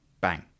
bang